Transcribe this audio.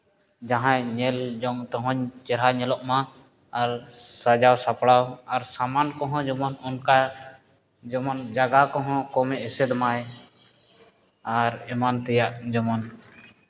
ᱡᱟᱦᱟᱸ ᱧᱮᱞ ᱡᱚᱝ ᱛᱮᱦᱚᱸ ᱪᱮᱦᱨᱟ ᱧᱮᱞᱚᱜ ᱢᱟ ᱟᱨ ᱥᱟᱡᱟᱣ ᱥᱟᱯᱲᱟᱣ ᱟᱨ ᱥᱟᱢᱟᱱ ᱠᱚᱦᱚᱸ ᱡᱮᱢᱚᱱ ᱚᱱᱠᱟ ᱡᱮᱢᱚᱱ ᱡᱟᱭᱜᱟ ᱠᱚᱦᱚᱸ ᱠᱚᱢᱮ ᱮᱥᱮᱫ ᱢᱟᱭ ᱟᱨ ᱮᱢᱟᱱ ᱛᱮᱭᱟᱜ ᱡᱮᱢᱚᱱ